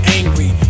angry